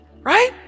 right